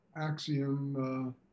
axiom